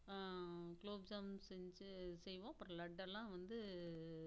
குலோப்ஜாம் செஞ்சு செய்வோம் அப்றம் லட்டெல்லாம் வந்து